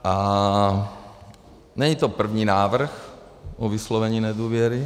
A není to první návrh o vyslovení nedůvěry.